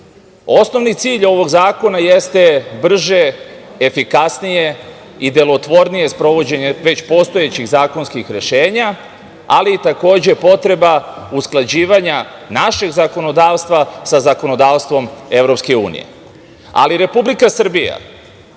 prava. Osnovni cilj ovog zakona jeste brže, efikasnije i deltvornije sprovođenje već postojećih zakonskih rešenja, ali i takođe i potreba usklađivanja našeg zakonodavstva sa zakonodavstvom EU, ali Republika Srbija,